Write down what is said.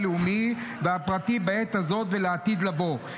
הלאומי והפרטי בעת הזאת ולעתיד לבוא.